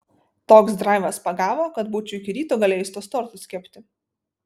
toks draivas pagavo kad būčiau iki ryto galėjus tuos tortus kepti